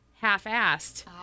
half-assed